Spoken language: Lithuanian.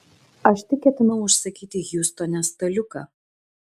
aš tik ketinau užsakyti hjustone staliuką